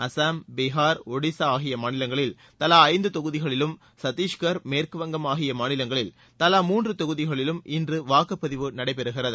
அஸ்ஸாம் பீகார் ஒடிஸா ஆகிய மாநிலங்களில் தலா ஐந்து தொகுதிகளிலும் சத்திஷ்கர் மேற்குவங்கம் ஆகிய மாநிலங்களில் தலா மூன்று தொகுதிகளிலும் இன்று வாக்குப்பதிவு நடைபெறுகிறது